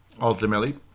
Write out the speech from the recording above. ultimately